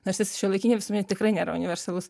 nors jis šiuolaikinėj visuomenėj tikrai nėra universalus